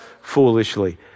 foolishly